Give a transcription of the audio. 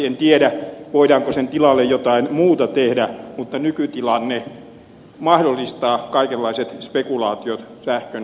en tiedä voidaanko sen tilalle jotain muuta tehdä mutta nykytilanne mahdollistaa kaikenlaiset spekulaatiot sähkön hinnalla